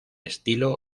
estilo